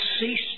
cease